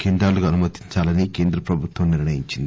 కేంద్రాలుగా అనుమతించాలని కేంద్రప్రభుత్వం నిర్ణయించింది